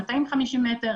250 מטרים,